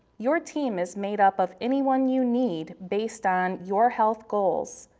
your team is made up of anyone you need, based on your health goals.